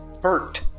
Bert